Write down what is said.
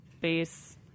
base